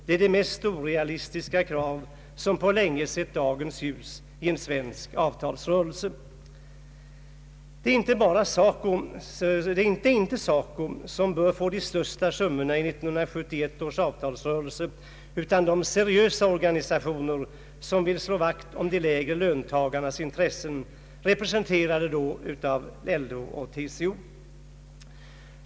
Det är de mest orealistiska krav som på länge har sett dagens ljus inom svensk avtalsrörelse. Det är inte SACO som bör få de största summorna i 1971 års avtalsrörelse, utan de seriösa organisationer som vill slå vakt om de lägre löntagarnas intressen, representerade då av LO och TCO.